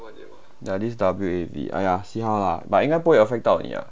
ya this !aiya! see how lah but 应该不会 affect 到你 [what]